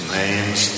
names